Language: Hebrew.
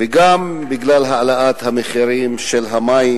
וגם בגלל העלאת מחירי המים.